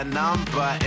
number